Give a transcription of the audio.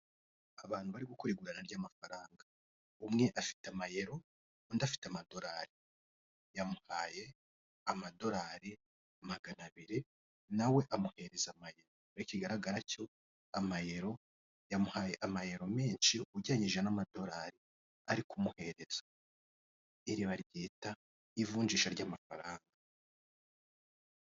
Abantu bari gukora igurana ry'amafaranga, umwe afite amayero undi afite amadolari, yamuhaye amadolari magana abiri nawe amuhereza amayero ariko ikigaragara cyo amayero yamuhaye amayero menshi ugereranyije n'amadolari ari kumuhereza, iribaryita ivunjisha ry'amafaranga.